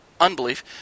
unbelief